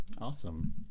Awesome